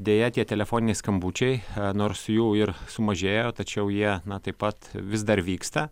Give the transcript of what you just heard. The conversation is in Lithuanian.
deja tie telefoniniai skambučiai nors jų ir sumažėjo tačiau jie taip pat vis dar vyksta